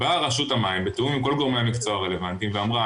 באה רשות המים בתיאום עם כל גורמי המקצוע הרלוונטיים ואמרה,